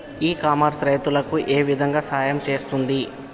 ఇ commerce రైతులకు ఏ విధంగా సహాయం చేస్తుంది?